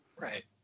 Right